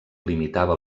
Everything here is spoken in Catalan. limitava